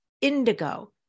indigo